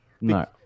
No